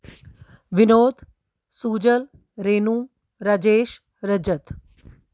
Vinod Sujan Renu Rajesh Rajat